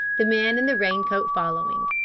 the man in the raincoat following.